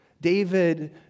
David